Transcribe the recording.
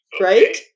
Right